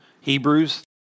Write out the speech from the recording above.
Hebrews